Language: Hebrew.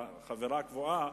חברה קבועה.